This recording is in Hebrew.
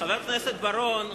חבר הכנסת בר-און,